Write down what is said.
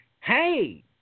Hey